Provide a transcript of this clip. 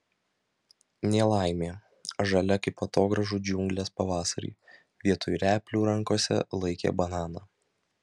nelaimė žalia kaip atogrąžų džiunglės pavasarį vietoj replių rankose laikė bananą